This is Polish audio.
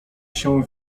się